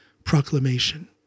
proclamation